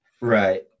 Right